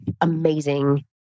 amazing